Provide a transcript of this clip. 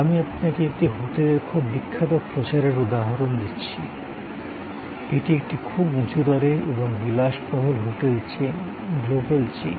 আমি আপনাকে একটি হোটেলের খুব বিখ্যাত প্রচারের উদাহরণ দিচ্ছি এটি একটি খুব উঁচুদরের এবং বিলাসবহুল হোটেল চেইন গ্লোবাল চেইন